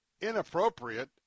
inappropriate